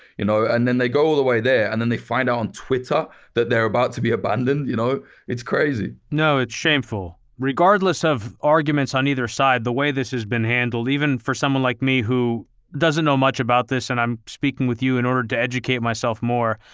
you know and then they go the way there and then they find out on twitter that they're about to be abandoned, you know it's crazy. no, it's shameful. regardless of arguments on either side, the way this has been handled, even for someone like me who doesn't know much about this, and i'm speaking with you in order to educate myself more,